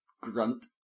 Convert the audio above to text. Grunt